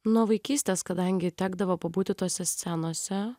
nuo vaikystės kadangi tekdavo pabūti tose scenose